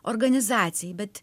organizacijai bet